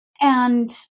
And-